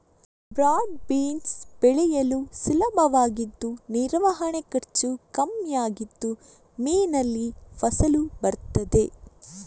broad beans ಬೆಳೆಯಲು ಸುಲಭವಾಗಿದ್ದು ನಿರ್ವಹಣೆ ಖರ್ಚು ಕಮ್ಮಿ ಇದ್ದು ಮೇನಲ್ಲಿ ಫಸಲು ಬರ್ತದೆ